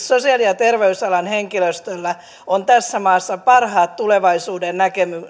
sosiaali ja terveysalan henkilöstöllä on tässä maassa parhaat tulevaisuudennäkymät